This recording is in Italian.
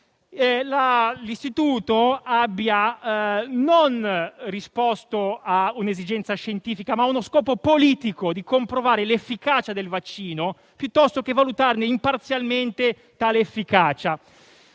l'Istituto non abbia risposto ad un'esigenza scientifica, ma ad uno scopo politico di comprovare l'efficacia del vaccino piuttosto che valutarne imparzialmente tale efficacia.